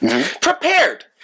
Prepared